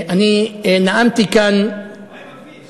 אני נאמתי כאן, מה עם הכביש?